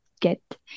get